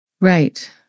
Right